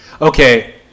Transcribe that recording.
Okay